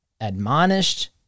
admonished